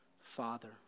Father